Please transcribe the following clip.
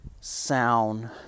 sound